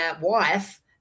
wife